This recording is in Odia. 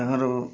ତାଙ୍କର